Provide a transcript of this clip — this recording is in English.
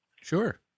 Sure